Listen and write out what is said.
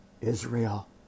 Israel